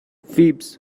فیبز